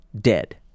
dead